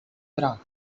bra